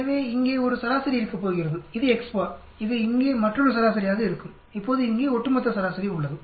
எனவே இங்கே ஒரு சராசரி இருக்கப்போகிறதுஇது எக்ஸ் பார்இது இங்கே மற்றொரு சராசரியாக இருக்கும்இப்போது இங்கே ஒட்டுமொத்த சராசரி உள்ளது